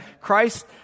Christ